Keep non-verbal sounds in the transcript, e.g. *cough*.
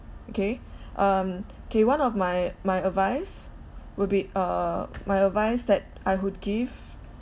okay um *noise* K one of my my advice would be err my advice that I would give